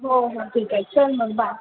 हो हो ठीक आहे चल मग बाय